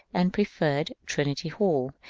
and preferred trinity hall,